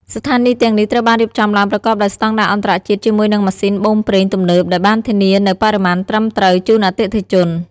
ស្ថានីយ៍ទាំងនេះត្រូវបានរៀបចំឡើងប្រកបដោយស្តង់ដារអន្តរជាតិជាមួយនឹងម៉ាស៊ីនបូមប្រេងទំនើបដែលបានធានានូវបរិមាណត្រឹមត្រូវជូនអតិថិជន។